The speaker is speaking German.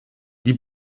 die